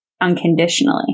unconditionally